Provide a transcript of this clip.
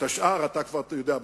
את השאר אתה כבר יודע בעצמך.